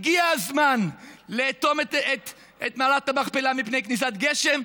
הגיע הזמן לאטום את מערת המכפלה מפני כניסת גשם,